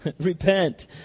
repent